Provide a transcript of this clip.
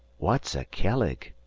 what's a kelleg?